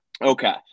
okay